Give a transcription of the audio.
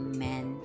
Amen